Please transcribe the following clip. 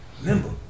Remember